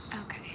Okay